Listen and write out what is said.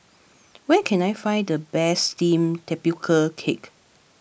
where can I find the best Steamed Tapioca Cake